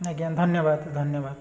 ଆଜ୍ଞା ଧନ୍ୟବାଦ ଧନ୍ୟବାଦ